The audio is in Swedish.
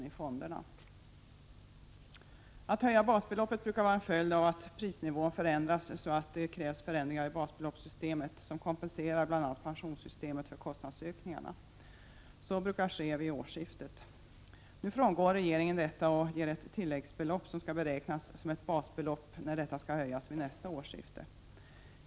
Att man höjer basbeloppet brukar vara en följd av att prisnivån förändrats, så att det krävs förändringar i basbeloppssystemet som kompenserar bl.a. pensionssystemet för kostnadsökningar. Så brukar ske vid årsskiftet. Nu frångår regeringen detta och ger ett tilläggsbelopp som skall beräknas som ett basbelopp när detta skall höjas vid nästa årsskifte.